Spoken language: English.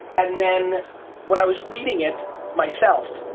and then when i was reading it myself,